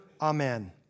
amen